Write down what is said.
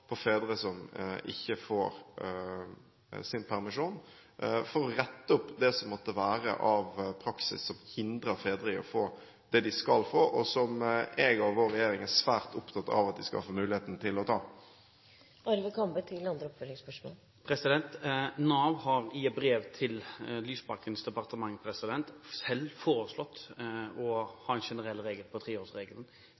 på fedre som ikke får sin permisjon, for å rette opp det som måtte være av praksis som hindrer fedre i å få det de skal få, og som jeg og vår regjering er svært opptatt av at de skal få muligheten til å ta. Nav har i brev til Lysbakkens departement selv foreslått å